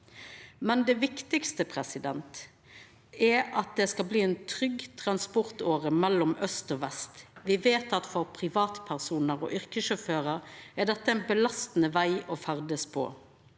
Men det viktigaste er at det skal bli ei trygg transportåre mellom aust og vest. Vi veit at for privatpersonar og yrkessjåførar er dette ein belastande veg å ferdast på.